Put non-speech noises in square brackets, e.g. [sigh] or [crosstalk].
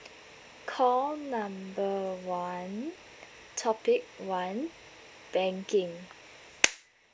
call number one topic one banking [noise]